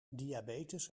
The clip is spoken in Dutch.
diabetes